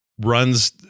runs